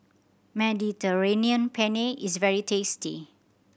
Mediterranean Penne is very tasty